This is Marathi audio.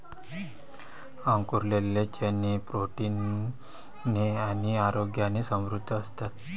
अंकुरलेले चणे प्रोटीन ने आणि आरोग्याने समृद्ध असतात